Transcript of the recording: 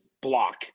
block